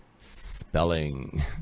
spelling